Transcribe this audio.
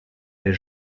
est